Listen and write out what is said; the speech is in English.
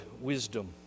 wisdom